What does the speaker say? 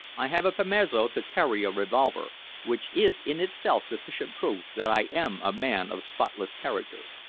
i have a permesso to carry a revolver, which is in itself sufficient proof that i am a man of spotless character.